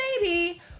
baby